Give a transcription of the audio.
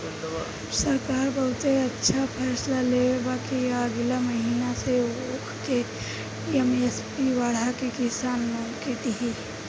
सरकार बहुते अच्छा फैसला लेले बा कि अगिला महीना से उ ऊख के एम.एस.पी बढ़ा के किसान लोग के दिही